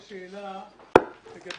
תיירות".